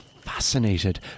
fascinated